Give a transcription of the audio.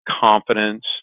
confidence